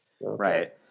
Right